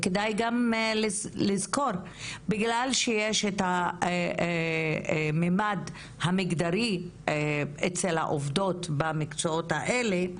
כדאי גם לזכור שבגלל שיש את הממד המגדרי אצל העובדות במקצועות האלה,